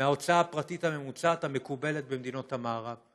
מההוצאה הפרטית הממוצעת המקובלת במדינות המערב.